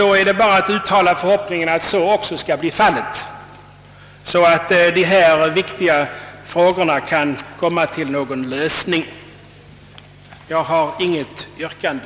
Då är det bara att uttala förhoppningen att så också skall bli fallet, så att dessa viktiga frågor kan lösas. Jag har, herr talman, inget yrkande.